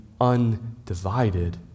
undivided